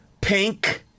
Pink